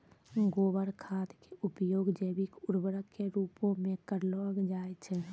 गोबर खाद के उपयोग जैविक उर्वरक के रुपो मे करलो जाय छै